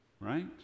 Right